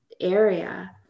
area